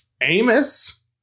Amos